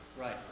Right